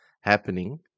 happening